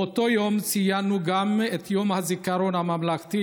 באותו יום ציינו גם את יום הזיכרון הממלכתי